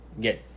get